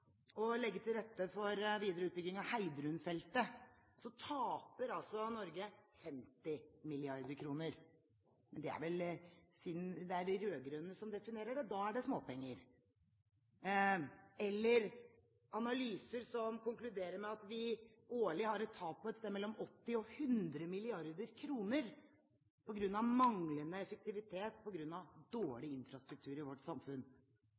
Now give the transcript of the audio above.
å legge til rette for videre utbygging av Heidrunfeltet taper Norge 50 mrd. kr. Men det er vel, siden det er de rød-grønne som definerer det, småpenger. Eller: Vi har analyser som konkluderer med at vi årlig har et tap på et sted mellom 80 og 100 mrd. kr som skyldes manglende effektivitet på grunn av dårlig infrastruktur i vårt samfunn.